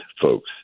folks